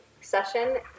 session